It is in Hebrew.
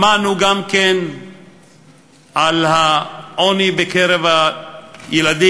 שמענו גם על העוני בקרב הילדים,